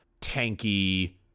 tanky